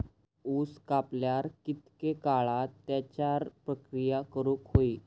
ऊस कापल्यार कितके काळात त्याच्यार प्रक्रिया करू होई?